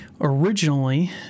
originally